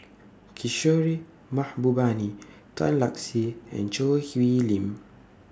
Kishore Mahbubani Tan Lark Sye and Choo Hwee Lim